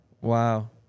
wow